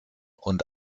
und